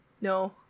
No